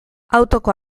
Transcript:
autoko